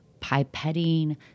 pipetting